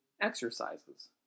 exercises